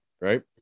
right